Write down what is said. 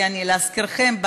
ולהזכירכם,